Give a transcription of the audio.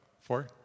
Four